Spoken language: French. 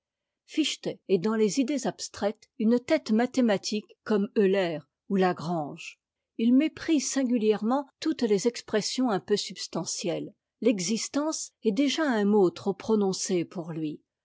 fichte est dans les idées abstraites une tête ma thématique comme euler ou la grange i méprise singulièrement toutes les expressions un peu substantielles l'existence est déjà un mot trop prononcé pour lui